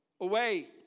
away